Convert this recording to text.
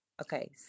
Okay